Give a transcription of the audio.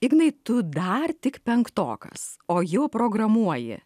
ignai tu dar tik penktokas o jau programuoji